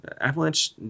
Avalanche